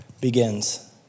begins